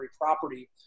property